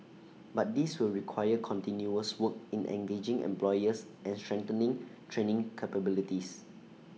but this will require continuous work in engaging employers and strengthening training capabilities